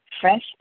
fresh